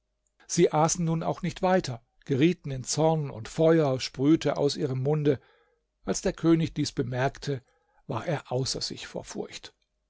sie aßen nun auch nicht weiter gerieten in zorn und feuer sprühte aus ihrem munde als der könig dies bemerkte war er außer sich vor furcht